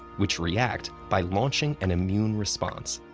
which react by launching an immune response.